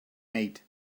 made